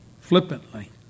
Flippantly